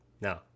No